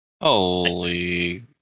Holy